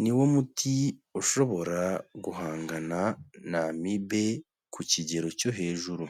niwo muti, ushobora guhangana na amibe, ku kigero cyo hejuru.